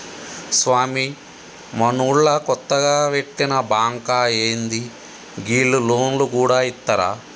స్వామీ, మనూళ్ల కొత్తగ వెట్టిన బాంకా ఏంది, గీళ్లు లోన్లు గూడ ఇత్తరా